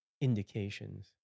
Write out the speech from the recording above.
indications